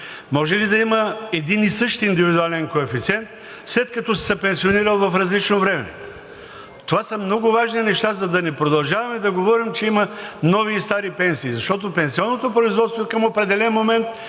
Може ли да има един и същи индивидуален коефициент, след като си се пенсионирал в различно време? Това са много важни неща, за да не продължаваме да говорим, че има нови и стари пенсии, защото пенсионното производство е към определен момент,